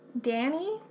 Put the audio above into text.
Danny